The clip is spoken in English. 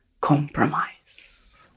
compromise